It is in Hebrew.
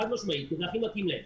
חד משמעית כי זה הכי מתאים להם.